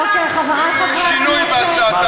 אוקיי, חברי חברי הכנסת, אם יהיה שינוי בהצעתה.